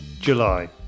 July